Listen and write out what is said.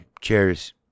cheers